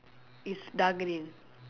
is dark green